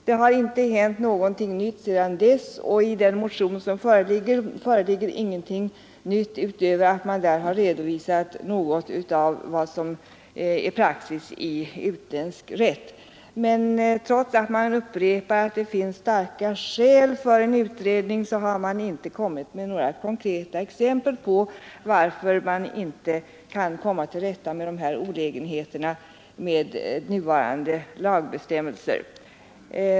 Det har inte hänt någonting nytt sedan dess, och i den motion som föreligger finns ingenting nytt utöver att man där har redovisat något av vad som är praxis i utländsk rätt. Men trots att man upprepar att det finns starka skäl för en utredning har man inte kommit med några konkreta exempel på varför det inte går att komma till rätta med de här olägenheterna med nuvarande lagbestämmelser.